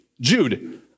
Jude